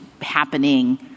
happening